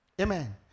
Amen